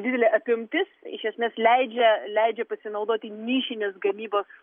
didelė apimtis iš esmės leidžia leidžia pasinaudoti nišinės gamybos